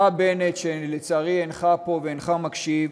אתה, בנט, שלצערי אינך פה ואינך מקשיב,